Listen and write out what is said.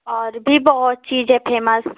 और भी बहुत चीज है फेमस